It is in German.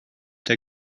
der